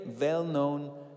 well-known